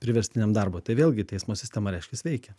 priverstiniam darbui tai vėlgi teismo sistema reiškias veikia